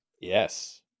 Yes